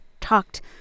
talked